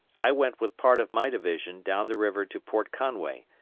i went with part of my division down the river to port conway,